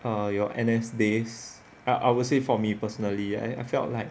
uh your N_S days uh I will say for me personally and I felt like